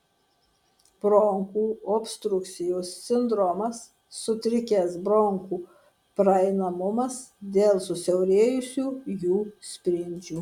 bronchų obstrukcijos sindromas sutrikęs bronchų praeinamumas dėl susiaurėjusių jų spindžių